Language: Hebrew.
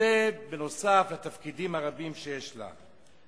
וזה נוסף על התפקידים הרבים שיש לה.